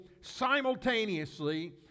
simultaneously